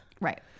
Right